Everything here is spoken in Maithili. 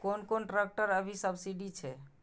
कोन कोन ट्रेक्टर अभी सब्सीडी छै?